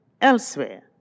elsewhere